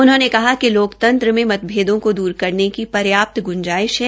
उन्होंने कहा कि लोकतंत्र में मतभेदों को द्र करने की पर्याप्त गूंजाइश है